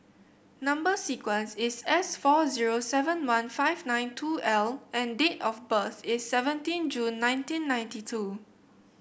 number sequence is S four zero seven one five nine two L and date of birth is seventeen June nineteen ninety two